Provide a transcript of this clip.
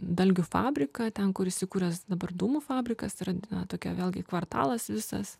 dalgių fabriką ten kur įsikūręs dabar dūmų fabrikas tai yra na tokia vėlgi kvartalas visas